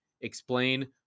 explain